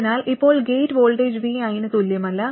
അതിനാൽ ഇപ്പോൾ gate voltage vi ന് തുല്യമല്ല